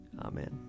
Amen